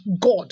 God